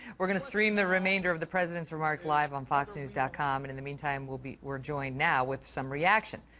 we're going to stream the remainder of the president's remarks live on foxnews dot com and in the meantime we'll be, we're joined now with some reaction.